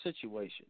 situation